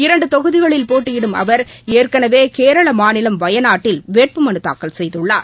இரண்டு தொகுதிகளில் போட்டியிடும் அவர் ஏற்கனவே கேரள மாநிலம் வயநாட்டில் வேட்புமனு தாக்கல் செய்துள்ளார்